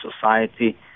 society